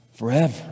Forever